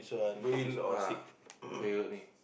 go in ah for your ini